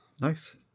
Nice